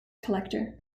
collector